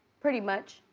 pretty much.